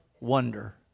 wonder